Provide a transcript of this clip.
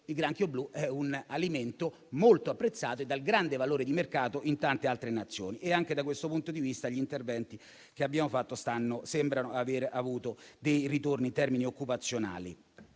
il granchio blu è un alimento molto apprezzato e dal grande valore di mercato in tante altre Nazioni. Anche da questo punto di vista gli interventi che abbiamo fatto sembrano aver avuto dei ritorni in termini occupazionali.